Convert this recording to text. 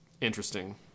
Interesting